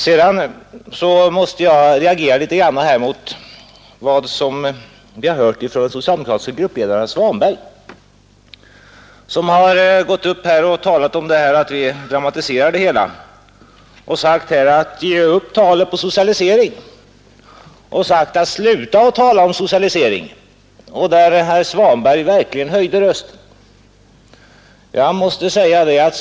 Jag måste reagera när den socialdemokratiske gruppledaren herr Svanberg talar om att vi dramatiserar denna fråga. Han säger: ”Ge upp talet om socialisering! Sluta tala om socialisering! ” Herr Svanberg höjde därvid verkligen rösten.